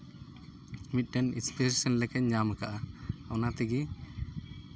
ᱢᱤᱫᱴᱮᱱ ᱮᱠᱥᱯᱨᱮᱥᱮᱱ ᱞᱮᱠᱟᱧ ᱧᱟᱢ ᱟᱠᱟᱫᱼᱟ ᱚᱱᱟ ᱛᱮᱜᱮ